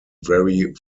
very